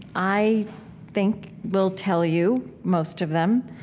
i think, will tell you, most of them,